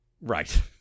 Right